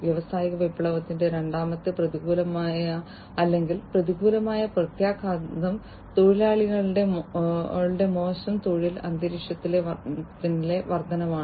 വ്യാവസായിക വിപ്ലവത്തിന്റെ രണ്ടാമത്തെ പ്രതികൂലമായ അല്ലെങ്കിൽ പ്രതികൂലമായ പ്രത്യാഘാതം തൊഴിലാളികളുടെ മോശം തൊഴിൽ അന്തരീക്ഷത്തിലെ വർദ്ധനവാണ്